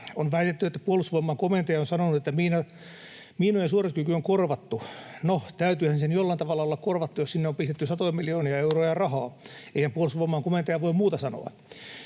On väitetty, että Puolustusvoimain komentaja on sanonut, että miinojen suorituskyky on korvattu. No, täytyyhän sen jollain tavalla olla korvattu, jos sinne on pistetty satoja miljoonia euroja rahaa. Eihän Puolustusvoimain komentaja voi muuta sanoa.